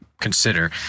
consider